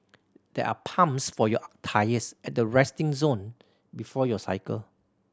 there are pumps for your tyres at the resting zone before you cycle